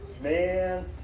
Man